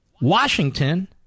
Washington